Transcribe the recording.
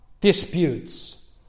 disputes